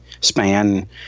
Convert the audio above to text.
span